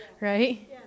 Right